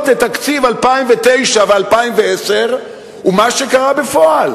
לתקציב 2009 ו-2010 ומה שקרה בפועל.